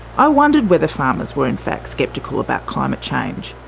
i wondered whether farmers were in fact sceptical about climate change,